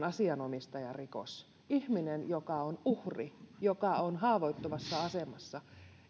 asianomistajarikos niin miten ihmisellä joka on uhri joka on haavoittuvassa asemassa